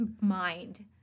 mind